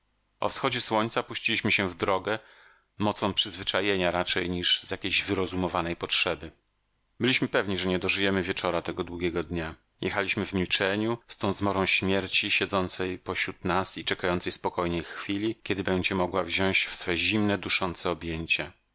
o wschodzie słońca puściliśmy się w drogę mocą przyzwyczajenia raczej niż z jakiej wyrozumowanej potrzeby byliśmy pewni że nie dożyjemy wieczora tego długiego dnia jechaliśmy w milczeniu z tą zmorą śmierci siedzącej pośród nas i czekającej spokojnie chwili kiedy będzie mogła wziąć w swe zimne duszące objęcia